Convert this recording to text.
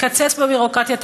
תקצץ בביורוקרטיה,